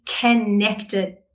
connected